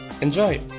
enjoy